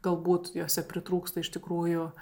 galbūt jose pritrūksta iš tikrųjų